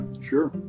sure